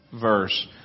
verse